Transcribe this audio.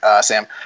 Sam